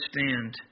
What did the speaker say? understand